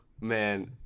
man